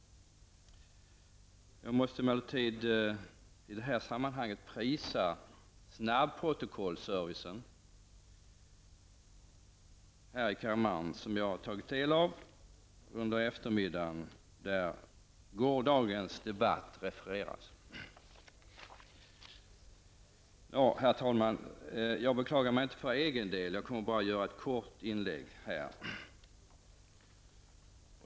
Jag måste emellertid i det här sammanhanget prisa snabbprotokollservicen här i kammaren, som jag har tagit del av under eftermiddagen och där gårdagens debatt refereras. Herr talman! Jag beklagar mig inte för egen del. Jag kommer bara att göra ett kort inlägg.